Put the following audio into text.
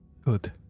Good